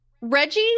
Reggie